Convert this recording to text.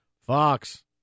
Fox